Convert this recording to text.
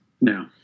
No